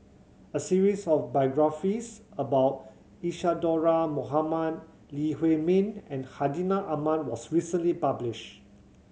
a series of biographies about Isadhora Mohamed Lee Huei Min and Hartinah Ahmad was recently published